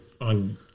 On